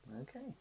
Okay